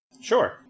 Sure